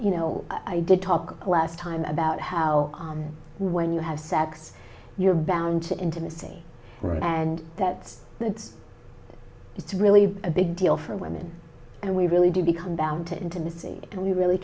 you know i did talk last time about how when you have sex you're bound to intimacy right and that needs it's really a big deal for women and we really do become bound to intimacy and we really